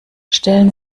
stellen